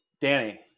Danny